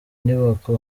nyubako